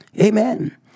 Amen